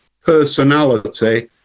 personality